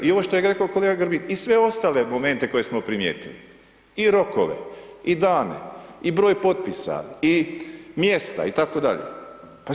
I ovo što je rekao kolega Grbin, i sve ostale momente koje smo primijetili, i rokove, i dane, i broj potpisa, i mjesta, i tako dalje.